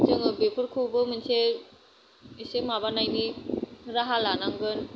जोङो बेफोरखौबो मोनसे एसे माबानायनि राहा लानांगोन